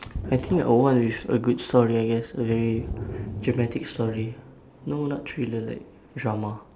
I think I would want with a good story I guess a very dramatic story no not thriller like drama